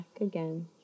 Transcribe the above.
again